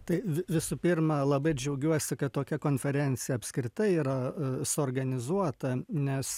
tai vi visų pirma labai džiaugiuosi kad tokia konferencija apskritai yra suorganizuota nes